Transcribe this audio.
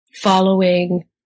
following